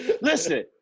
Listen